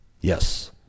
Yes